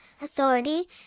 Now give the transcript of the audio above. authority